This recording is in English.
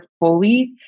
fully